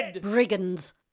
Brigands